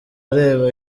areba